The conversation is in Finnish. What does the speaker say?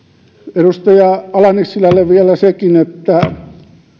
edustaja ala nissilälle vielä sekin että